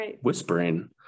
whispering